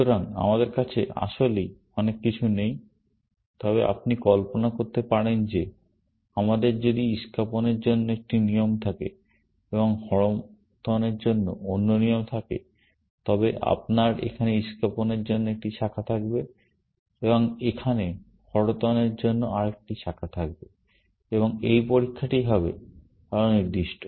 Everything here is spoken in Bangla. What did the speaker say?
সুতরাং আমাদের কাছে আসলেই অনেক কিছু নেই তবে আপনি কল্পনা করতে পারেন যে আমাদের যদি ইস্কাপনের জন্য একটি নিয়ম থাকে এবং হরতনের জন্য অন্য নিয়ম থাকে তবে আপনার এখানে ইস্কাপনের জন্য একটি শাখা থাকবে এবং এখানে হরতনের জন্য আরেকটি শাখা থাকবে এবং এই পরীক্ষাটি হবে আরো নির্দিষ্ট